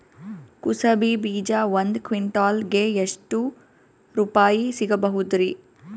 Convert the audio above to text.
ಕುಸಬಿ ಬೀಜ ಒಂದ್ ಕ್ವಿಂಟಾಲ್ ಗೆ ಎಷ್ಟುರುಪಾಯಿ ಸಿಗಬಹುದುರೀ?